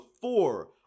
four